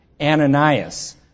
Ananias